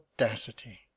audacity